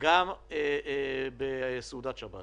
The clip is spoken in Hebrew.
גם בסעודת שבת